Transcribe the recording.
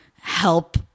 help